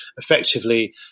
effectively